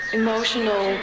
emotional